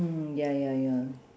mm ya ya ya